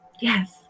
yes